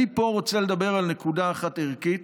אני פה רוצה לדבר על נקודה אחת, ערכית.